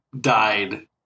died